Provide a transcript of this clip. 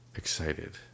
excited